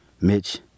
Mitch